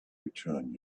return